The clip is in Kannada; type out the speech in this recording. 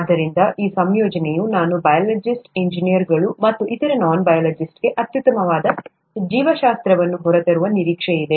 ಆದ್ದರಿಂದ ಈ ಸಂಯೋಜನೆಯು ನಾನ್ ಬಯಾಲಜಿಸ್ಟ್ ಎಂಜಿನಿಯರ್ಗಳು ಮತ್ತು ಇತರ ನಾನ್ ಬಯಾಲಜಿಸ್ಟ್ಗೆ ಅತ್ಯುತ್ತಮವಾದ ಜೀವಶಾಸ್ತ್ರವನ್ನು ಹೊರತರುವ ನಿರೀಕ್ಷೆಯಿದೆ